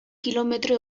kilometro